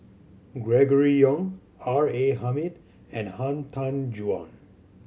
Gregory Yong R A Hamid and Han Tan Juan